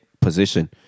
position